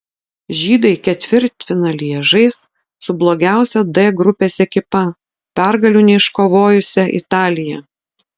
žydai ketvirtfinalyje žais su blogiausia d grupės ekipa pergalių neiškovojusia italija